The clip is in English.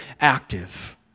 active